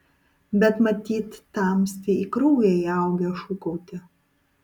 bet matyt tamstai į kraują įaugę šūkauti